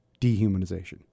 dehumanization